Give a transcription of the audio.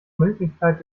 möglichkeit